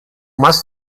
más